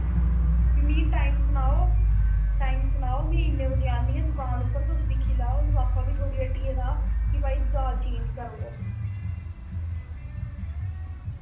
फ्ही मिगी टाइम सनाओ टाइम सनाओ में इन्ने बजे आनी आं दुकान उप्पर तुस दिक्खी लाओ लफाफा बी थुआढ़ी हट्टिये दा कि भाई दाल चेंज करो तुस